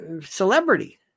celebrity